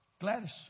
Gladys